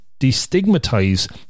destigmatize